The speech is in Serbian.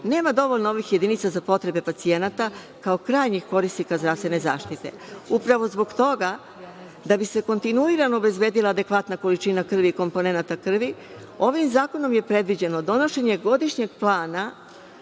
nema dovoljno ovih jedinica za potrebe pacijenata kao krajnjih korisnika zdravstvene zaštite. Upravo zbog toga, da bi se kontinuirano obezbedila adekvatna količina krvi i komponenata krvi, ovim zakonom je predviđeno donošenje godišnjeg plana